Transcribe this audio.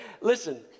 Listen